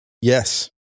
Yes